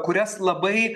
kurias labai